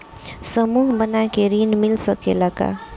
समूह बना के ऋण मिल सकेला का?